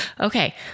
okay